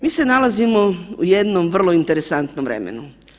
Mi se nalazimo u jednom vrlo interesantnom vremenu.